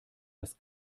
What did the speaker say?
das